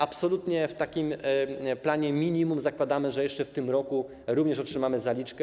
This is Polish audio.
Absolutnie w takim planie minimum zakładamy, że jeszcze w tym roku również otrzymamy zaliczkę.